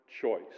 choice